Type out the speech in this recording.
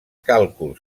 càlculs